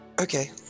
okay